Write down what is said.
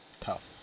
tough